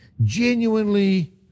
genuinely